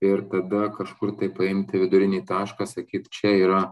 ir tada kažkur tai paimti vidurinį tašką sakyt čia yra